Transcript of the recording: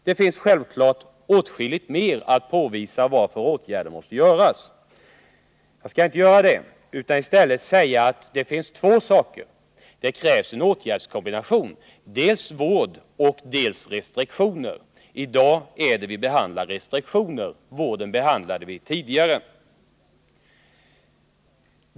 Det finns självfallet åtskilligt mer att säga när det gäller att påvisa varför åtgärder måste vidtas. Jag skall inskränka mig till att nämna två saker. Det krävs en åtgärdskombination av både vård och restriktioner. I dag behandlar vi restriktionerna, vården behandlade vi tidigare.